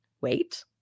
wait